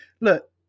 Look